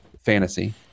fantasy